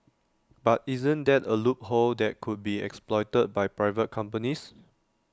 but isn't that A loophole that could be exploited by private companies